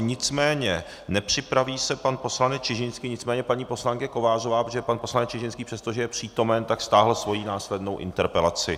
Nicméně nepřipraví se pan poslanec Čižinský, nicméně paní poslankyně Kovářová, protože pan poslanec Čižinský, přestože je přítomen, tak stáhl svoji následnou interpelaci.